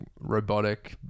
robotic